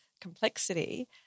Complexity